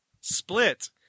Split